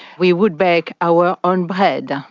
we would bake our own bread,